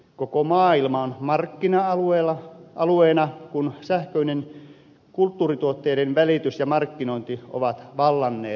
koko maailma on markkina alueena kun sähköinen kulttuurituotteiden välitys ja markkinointi ovat vallanneet alaa